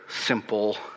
simple